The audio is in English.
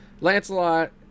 Lancelot